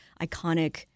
iconic